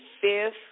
fifth